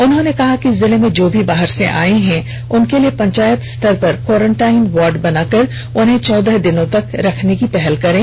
उन्होंने कहा कि जिले में जो भी बाहर से आये हैं उनके लिए पंचायत स्तर पर क्वॉरेंटाईन वार्ड बनाकर उन्हें चौदह दिनों तक रखने की पहल करें